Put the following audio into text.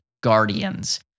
Guardians